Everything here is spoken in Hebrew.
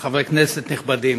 חברי כנסת נכבדים,